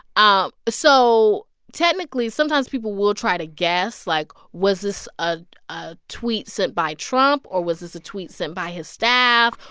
um so technically, sometimes, people will try to guess, like, was this a a tweet sent by trump, or was this a tweet sent by his staff,